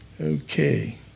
Okay